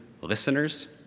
listeners